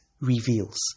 reveals